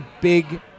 big